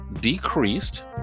decreased